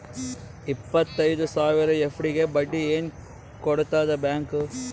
ಇಪ್ಪತ್ತೈದು ಸಾವಿರ ಎಫ್.ಡಿ ಗೆ ಬಡ್ಡಿ ಏನ ಕೊಡತದ ಬ್ಯಾಂಕ್?